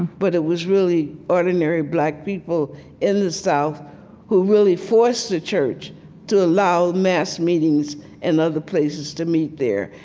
but it was really ordinary black people in the south who really forced the church to allow mass meetings and other places to meet there.